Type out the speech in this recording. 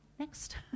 Next